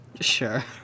Sure